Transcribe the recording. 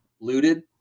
looted